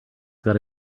gotta